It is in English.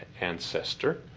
ancestor